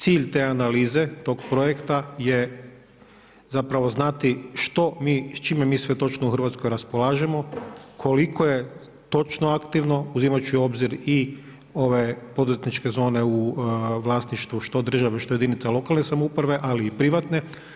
Cilj te analize tog projekta je zapravo znati što mi, s čime mi sve točno u Hrvatskoj raspolažemo, koliko je točno aktivno uzimajući u obzir i ove poduzetničke zone u vlasništvu što države, što jedinica lokalne samouprave ali i privatne.